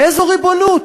איזה ריבונות?